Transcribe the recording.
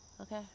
Okay